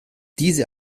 diese